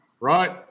Right